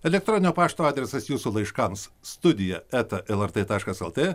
elektroninio pašto adresas jūsų laiškams studija eta lrt taškas lt